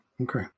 okay